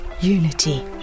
unity